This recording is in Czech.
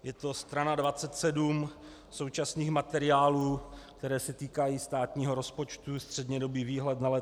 Je to strana 27 současných materiálů, které se týkají státního rozpočtu, střednědobý výhled na léta 2017, 2018.